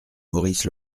maurice